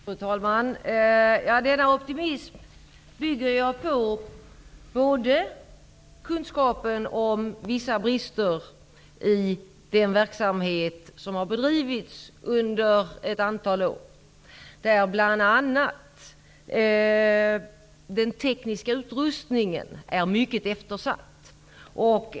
Fru talman! Denna optimism bygger jag på kunskapen om vissa brister i den verksamhet som har bedrivits under ett antal år. Bl.a. har den tekniska utrustningen varit mycket eftersatt.